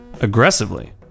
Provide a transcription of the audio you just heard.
aggressively